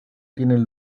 tienen